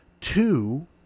two